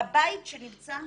בבית שנמצא,